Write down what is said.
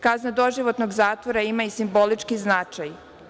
Kazna doživotnog zatvora ima i simbolički značaj.